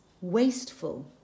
wasteful